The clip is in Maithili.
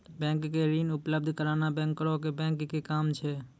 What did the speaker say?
बैंको के ऋण उपलब्ध कराना बैंकरो के बैंक के काम छै